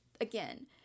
again